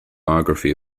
biography